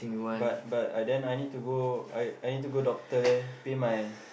but but I then I need to go I I need to go doctor leh pay my